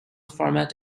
format